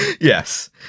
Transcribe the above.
Yes